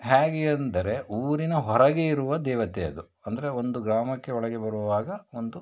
ಹೇಗೆ ಅಂದರೆ ಊರಿನ ಹೊರಗೆ ಇರುವ ದೇವತೆ ಅದು ಅಂದರೆ ಒಂದು ಗ್ರಾಮಕ್ಕೆ ಒಳಗೆ ಬರುವಾಗ ಒಂದು